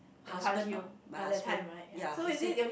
husband lor my husband ya he said